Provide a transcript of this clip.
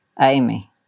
Amy